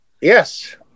Yes